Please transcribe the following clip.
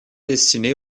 destinés